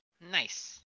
Nice